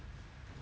mm